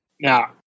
Now